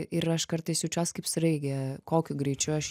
ir aš kartais jaučiuosi kaip sraigė kokiu greičiu aš